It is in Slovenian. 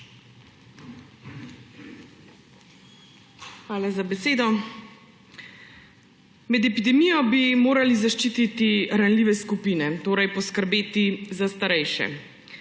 Hvala za besedo. Med epidemijo bi morali zaščititi ranljive skupine, torej poskrbeti za starejše.